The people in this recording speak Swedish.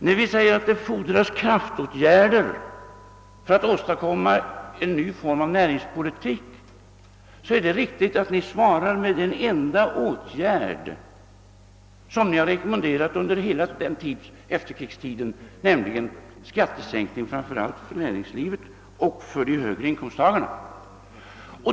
När vi säger att det fordras kraftåtgärder för att åstadkomma en ny form av näringspolitik är det riktigt. De enda åtgärder som ni rekommenderat under hela efterkrigstiden, har varit skattesänkningar — framför allt för näringslivet och för de högre inkomsttagarna.